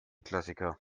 klassiker